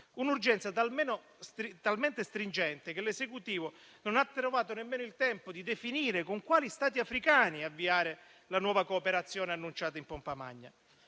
Un'urgenza talmente stringente che l'esecutivo non ha trovato nemmeno il tempo di definire con quali Stati africani avviare la nuova cooperazione annunciata in pompa magna.